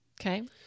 Okay